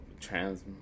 trans